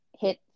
hit